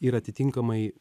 ir atitinkamai